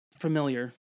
familiar